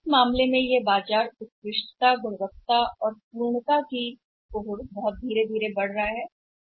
उस स्थिति में यह बाजार भी धीरे धीरे और निरंतरता से पूर्णता उत्कृष्टता और की ओर बढ़ रहा है समापन